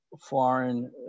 foreign